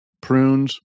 prunes